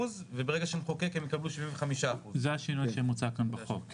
וברגע שנחוקק הם יקבלו 75%. זה השינוי שמוצע כאן בחוק.